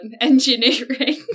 engineering